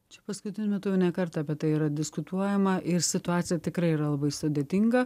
čia paskutiniu metu jau ne kartą apie tai yra diskutuojama ir situacija tikrai yra labai sudėtinga